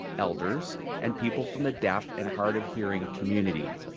elders and people from the deaf and hard of hearing community.